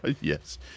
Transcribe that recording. Yes